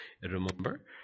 remember